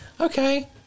Okay